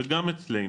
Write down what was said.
וגם אצלנו.